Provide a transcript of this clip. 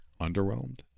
underwhelmed